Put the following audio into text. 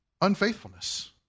unfaithfulness